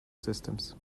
systems